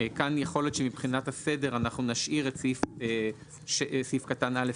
כאן יכול להיות שמבחינת הסדר נשאיר את סעיף קטן (א)